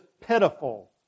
pitiful